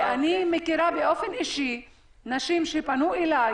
אני מכירה באופן אישי נשים שפנו אלי